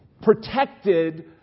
protected